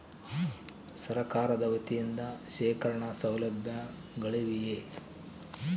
ಸರಕಾರದ ವತಿಯಿಂದ ಶೇಖರಣ ಸೌಲಭ್ಯಗಳಿವೆಯೇ?